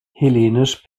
hellenisch